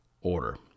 order